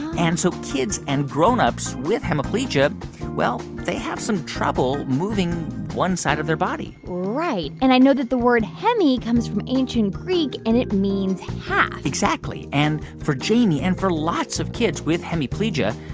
and so kids and grownups with hemiplegia well, they have some trouble moving one side of their body right. and i that the word hemi comes from ancient greek, and it means half exactly. and for jamie and for lots of kids with hemiplegia,